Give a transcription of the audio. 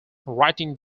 writing